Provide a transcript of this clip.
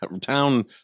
town